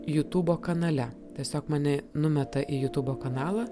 jutubo kanale tiesiog mane numeta į jutubo kanalą